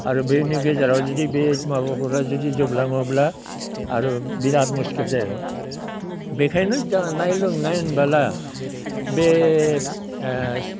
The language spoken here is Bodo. आरो बेनि गेजेराव जुदि बे माबाफोरा जुदि जोबलाङोब्ला आरो बिराद मुसखिल जायोमोन बेखायनो जानाय लोंनाय होनब्ला बे